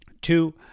Two